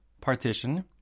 partition